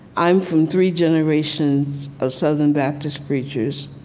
i'm from three generations of southern baptist preachers.